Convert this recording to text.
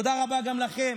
תודה רבה גם לכם.